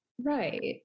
right